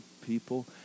people